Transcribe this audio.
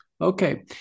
Okay